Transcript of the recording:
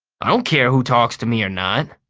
i don't care who talks to me or not,